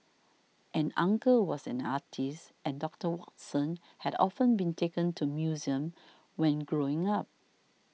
an uncle was an artist and Doctor Watson had often been taken to museums when growing up